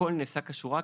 שהכל נעשה כשורה,